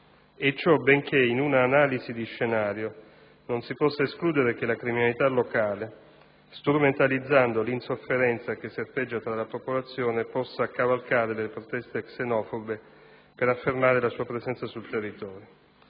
e ciò benché, in un'analisi di scenario, non si possa escludere che la criminalità locale, strumentalizzando l'insofferenza che serpeggia fra la popolazione, possa cavalcare le proteste xenofobe per affermare la sua presenza sul territorio.